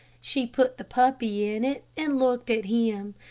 she put the puppy in it and looked at him.